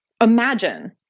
imagine